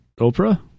Oprah